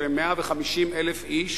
כ-150,000 איש